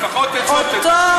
לפחות את זה תגידי.